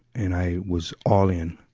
and i was all in.